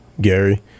Gary